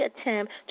attempt